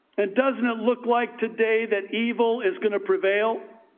and doesn't it look like today, that evil is going to prevail.